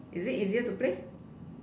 is it easier to play